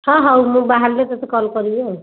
ହଁ ହଉ ମୁଁ ବାହାରିଲେ ତୋତେ କଲ୍ କରିବି ଆଉ